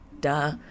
duh